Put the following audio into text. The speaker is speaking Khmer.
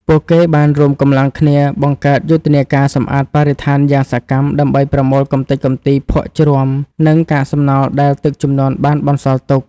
ពួកគេបានរួមកម្លាំងគ្នាបង្កើតយុទ្ធនាការសម្អាតបរិស្ថានយ៉ាងសកម្ម ដើម្បីប្រមូលកម្ទេចកម្ទី ភក់ជ្រាំ និងកាកសំណល់ដែលទឹកជំនន់បានបន្សល់ទុក។